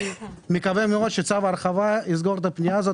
אני מקווה שצו הרחבה יסגור את הפנייה הזאת,